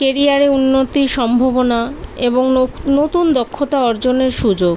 কেরিয়ারে উন্নতির সম্ভবনা এবং নো নতুন দক্ষতা অর্জনের সুযোগ